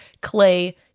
clay